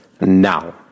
now